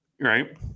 Right